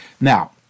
Now